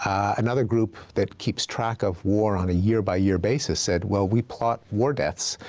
another group that keeps track of war on a year by year basis said, well, we plot war deaths,